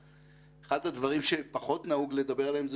אחד הדברים שפחות נהוג לדבר עליהם הוא